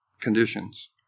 conditions